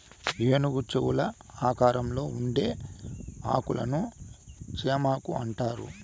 ఏనుగు చెవుల ఆకారంలో ఉండే ఆకులను చేమాకు అంటారు